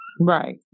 right